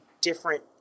different